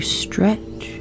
stretch